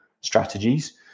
strategies